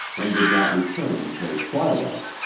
and did not return until twilight.